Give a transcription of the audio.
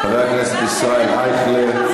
חבר הכנסת ישראל אייכלר,